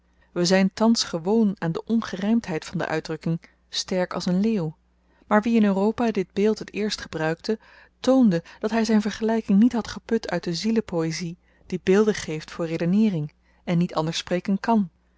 we zyn thans gewoon aan de ongerymdheid van de uitdrukking sterk als een leeuw maar wie in europa dit beeld het eerst gebruikte toonde dat hy zyn vergelyking niet had geput uit de zielepoëzie die beelden geeft voor redeneering en niet anders spreken kan